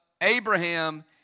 Abraham